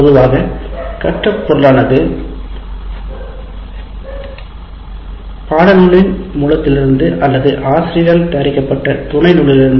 பொதுவாக கற்றல் பொருளானது பாடநூலின் மூலத்திலிருந்து அல்லது ஆசிரியரால் தயாரிக்கப்பட்ட துணை நூலிலிருந்து